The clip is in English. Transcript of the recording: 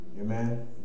Amen